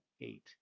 eight